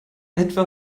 etwa